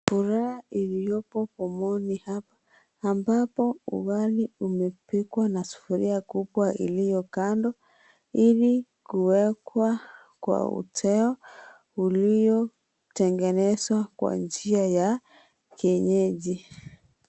Furaha iliyopo pomoni ambapo ugali umepikwa na sufuria kubwa iliyo kando ili kuwekwa kwa uteo uliotengenezwa kwa njia ya kienyeji.